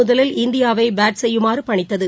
முதலில் இந்தியாவை பேட் செய்யுமாறு பணித்தது